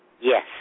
Yes